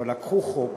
אבל לקחו חוק